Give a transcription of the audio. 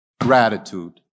Gratitude